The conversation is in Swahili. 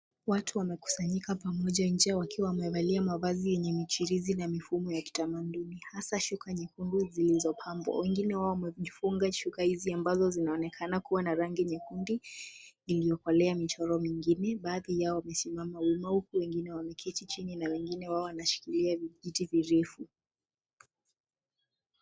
Watu wamekusanyika pamoja nje wakiwa wamevalia mavazi ya michirizi na mifumo ya kitamanduni, hasa shuka nyekundu zilizopambwa. Wengine wao wamejifunga shuka hizi ambazo zinaonekana kuwa na rangi nyekundu iliokolea michoro mengine. Baadhi yao wamesimama wima huku, wengine wameketi chini na wengine wanashikilia vijiti virefu.